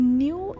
new